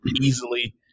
easily